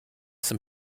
some